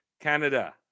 Canada